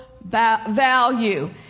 value